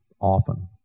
often